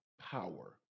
power